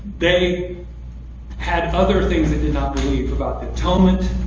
they had other things they did not believe about the atonement.